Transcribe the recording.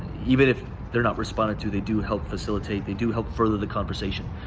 even if they're not responded to, they do help facilitate, they do help further the conversation.